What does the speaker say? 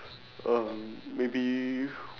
um maybe